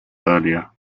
earlier